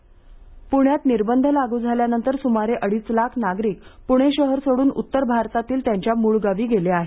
railway प्रण्यात निर्बंध लागू झाल्यानंतर सुमारे अडीच लाख नागरिक प्रणे शहर सोडून उत्तर भारतातील त्यांच्या मूळ गावी गेले आहेत